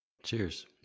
Cheers